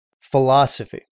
philosophy